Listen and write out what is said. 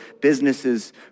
businesses